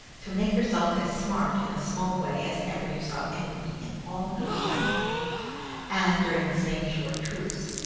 to make herself as smart in a small way as ever you saw anybody in all your life and, during the same short truce,